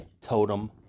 totem